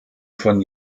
von